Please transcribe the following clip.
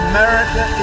America